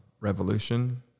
Revolution